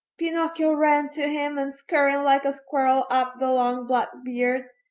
pinocchio ran to him and scurrying like a squirrel up the long black beard,